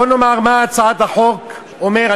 בוא נאמר מה הצעת החוק אומרת.